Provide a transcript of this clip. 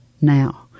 now